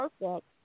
perfect